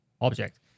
object